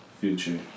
Future